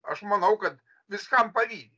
aš manau kad viskam pavydi